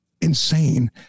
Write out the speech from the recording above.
insane